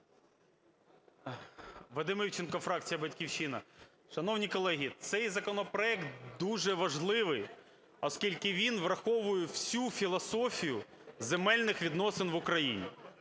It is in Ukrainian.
Вадим Івченко, фракція "Батьківщина". Шановні колеги, цей законопроект дуже важливий, оскільки він враховує всю філософію земельних відносин в Україні.